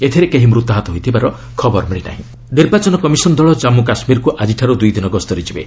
ଏଥିରେ କେହି ମୃତାହତ ହୋଇଥିବାର ଖବର ମିଳି ନାହିଁ ଇସି ଜେକେ ନିର୍ବାଚନ କମିଶନ୍ ଦଳ କମ୍ମୁ କାଶ୍ମୀରକୁ ଆଜିଠାରୁ ଦୁଇ ଦିନ ଗସ୍ତରେ ଯିବେ